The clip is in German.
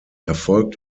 erfolgt